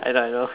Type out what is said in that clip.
I know I know